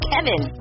Kevin